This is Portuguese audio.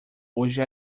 hoje